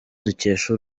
dukesha